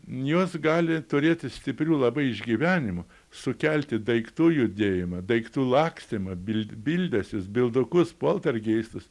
jos gali turėti stiprių labai išgyvenimų sukelti daiktų judėjimą daiktų lakstymą bild bildesius bildukus poltergeistus